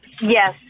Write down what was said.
Yes